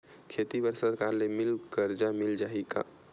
खेती बर सरकार ले मिल कर्जा मिल जाहि का?